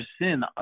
sin